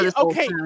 Okay